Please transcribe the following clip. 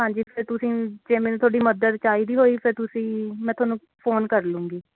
ਹਾਂਜੀ ਫਿਰ ਤੁਸੀਂ ਜੇ ਮੈਨੂੰ ਤੁਹਾਡੀ ਮਦਦ ਚਾਹੀਦੀ ਹੋਈ ਫੇਰ ਤੁਸੀਂ ਮੈਂ ਤੁਹਾਨੂੰ ਫ਼ੋਨ ਕਰ ਲੂੰਗੀ